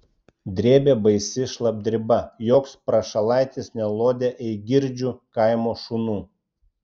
drėbė baisi šlapdriba joks prašalaitis nelodė eigirdžių kaimo šunų